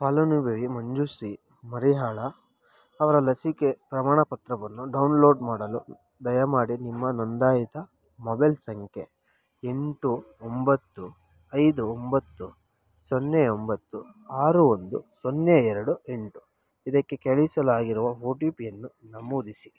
ಫಲಾನುಭವಿ ಮಂಜುಶ್ರೀ ಮರಿಹಾಳ ಅವರ ಲಸಿಕೆ ಪ್ರಮಾಣಪತ್ರವನ್ನು ಡೌನ್ಲೋಡ್ ಮಾಡಲು ದಯಮಾಡಿ ನಿಮ್ಮ ನೋಂದಾಯಿತ ಮೊಬೈಲ್ ಸಂಖ್ಯೆ ಎಂಟು ಒಂಬತ್ತು ಐದು ಒಂಬತ್ತು ಸೊನ್ನೆ ಒಂಬತ್ತು ಆರು ಒಂದು ಸೊನ್ನೆ ಎರಡು ಎಂಟು ಇದಕ್ಕೆ ಕಳಿಸಲಾಗಿರುವ ಒ ಟಿ ಪಿಯನ್ನು ನಮೂದಿಸಿ